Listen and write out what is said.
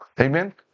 Amen